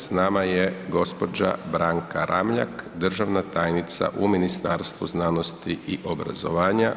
S nama je gospođa Branka Ramljak, državna tajnica u Ministarstvu znanosti i obrazovanja.